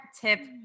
tip